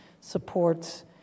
supports